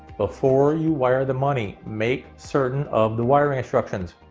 before you wire the money make certain of the wiring instructions.